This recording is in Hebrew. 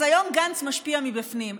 אז היום גנץ משפיע מבפנים.